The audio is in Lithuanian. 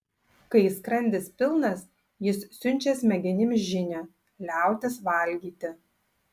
kai skrandis pilnas jis siunčia smegenims žinią liautis valgyti